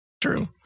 true